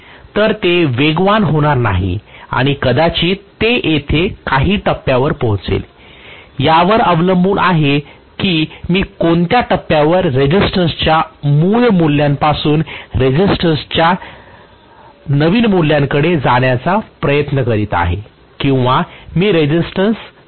तर ते वेगवान होणार आहे आणि कदाचित ते येथे काही टप्प्यावर पोहोचेल यावर अवलंबून आहे की मी कोणत्या टप्प्यावर रेसिस्टन्स च्या मूळ मूल्यापासून रेसिस्टन्स च्या नवीन मूल्याकडे जाण्याचा प्रयत्न करीत आहे किंवा मी रेसिस्टन्स बंद केला आहे